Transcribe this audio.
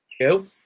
Go